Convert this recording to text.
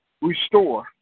restore